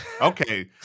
Okay